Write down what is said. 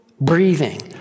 breathing